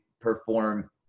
perform